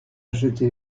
acheté